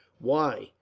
why,